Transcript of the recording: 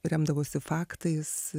remdavosi faktais